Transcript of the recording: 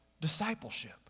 discipleship